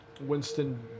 Winston